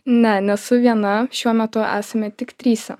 ne nesu viena šiuo metu esame tik trise